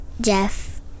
Jeff